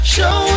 Show